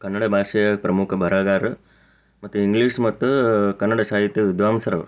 ಕನ್ನಡ ಭಾಷೆಯ ಪ್ರಮುಖ ಬರಹಗಾರರು ಮತ್ತು ಇಂಗ್ಲಿಷ್ ಮತ್ತು ಕನ್ನಡ ಸಾಹಿತ್ಯ ವಿದ್ವಾಂಸರವರು